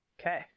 Okay